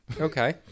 Okay